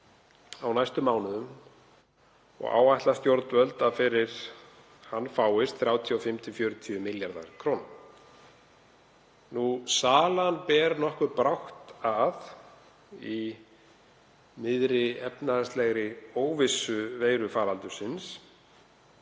á næstu mánuðum og áætla stjórnvöld að fyrir hann fáist 35–40 milljarðar kr. Söluna ber nokkuð brátt að í miðri efnahagslegri óvissu faraldursins.